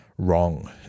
wrong